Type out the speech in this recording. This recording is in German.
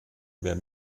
wer